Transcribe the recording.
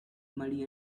muddy